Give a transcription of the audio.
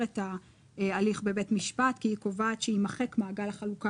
את ההליך בבית משפט - היא קובעת שיימחק מעגל החלוקה